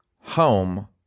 home